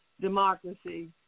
democracy